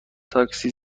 تاکسی